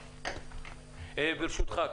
ברשותך,